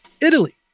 Italy